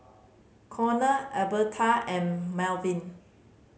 Conor Albertha and Melvin